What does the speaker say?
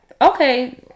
Okay